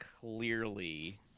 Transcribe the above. clearly